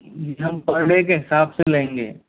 जी हम per day के हिसाब से लेंगे